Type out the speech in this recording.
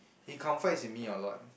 he confides with me a lot